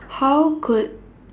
how could